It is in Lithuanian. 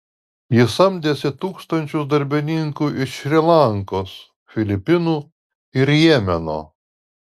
jis samdėsi tūkstančius darbininkų iš šri lankos filipinų ir jemeno